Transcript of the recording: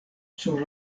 sur